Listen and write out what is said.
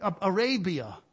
Arabia